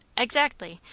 exactly.